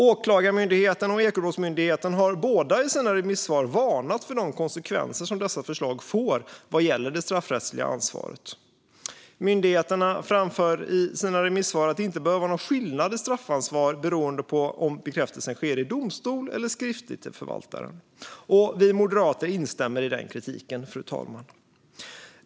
Åklagarmyndigheten och Ekobrottsmyndigheten har båda i sina remissvar varnat för de konsekvenser som dessa förslag får vad gäller det straffrättsliga ansvaret. Myndigheterna framför i sina remissvar att det inte bör vara någon skillnad i straffansvar beroende på om bekräftelsen sker i domstol eller skriftligt till förvaltaren. Vi moderater instämmer i denna kritik.